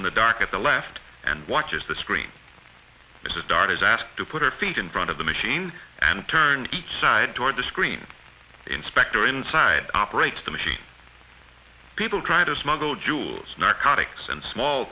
in the dark at the left and watches the screen as a star is asked to put her feet in front of the machine and turn each side toward the screen inspector inside operates the machine people trying to smuggle jewels